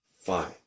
Fine